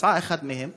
פצעה אחד מהם,